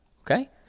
okay